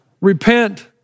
Repent